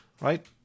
Right